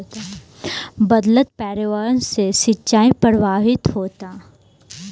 बदलत पर्यावरण से सिंचाई प्रभावित होता